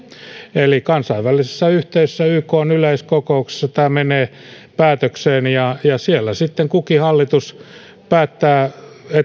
eli kansainvälisessä yhteisössä ykn yleiskokouksessa tämä menee päätökseen ja siellä sitten kukin hallitus päättää